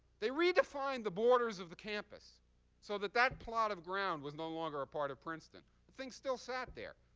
they redefined the borders of the campus so that that plot of ground was no longer a part of princeton. the thing still sat there.